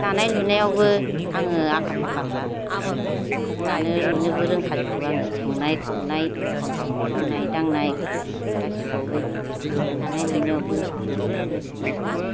दानाय लुनायावबो आङो आखा फाखाखा दानो लुनोबो रोंखाजोबगौ आङो संनाय खावनाय मावनाय दांनाय गासैबावबो दानाय लुनायावबो गायनाय फुनायफोराव